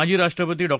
माजी राष्ट्रपती डॉ